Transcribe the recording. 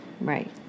Right